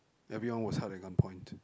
everyone was held at gunpoint